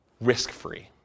risk-free